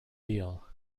deal